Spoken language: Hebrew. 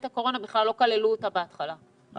הקורונה בכלל לא כללו אותה בהתחלה,